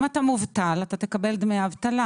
אם אתה מובטל, אתה תקבל דמי אבטלה.